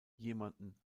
jemanden